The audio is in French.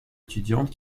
étudiantes